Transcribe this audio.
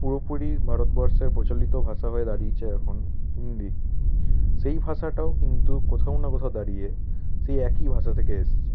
পুরোপুরি ভারতবর্ষের প্রচলিত ভাষা হয়ে দাঁড়িয়েছে এখন হিন্দি সেই ভাষাটাও কিন্তু কোথাও না কোথাও দাঁড়িয়ে সেই একই ভাষা থেকে এসেছে